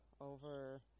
over